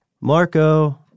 Marco